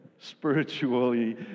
Spiritually